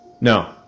No